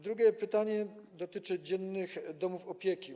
Drugie pytanie dotyczy dziennych domów opieki.